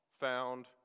found